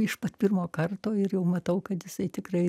iš pat pirmo karto ir jau matau kad jisai tikrai